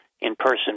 in-person